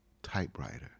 Typewriter